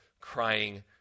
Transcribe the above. crying